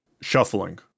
shuffling